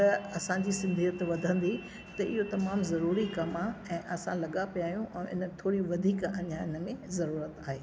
त असांजी सिंधीयत वधंदी त इहो तमामु ज़रूरी कम आहे ऐं असां लॻा पिया आहियूं ऐं इन थोरी वधीक अञा इनमें ज़रूरत आहे